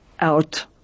out